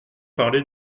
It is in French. parlé